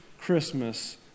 Christmas